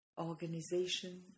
organization